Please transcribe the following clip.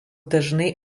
dažnai